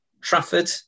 Trafford